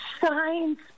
science